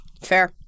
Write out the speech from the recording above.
Fair